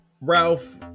ralph